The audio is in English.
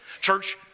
Church